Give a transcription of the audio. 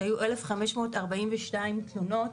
שהיו 1,542 תלונות,